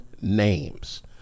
names